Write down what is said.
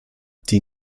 die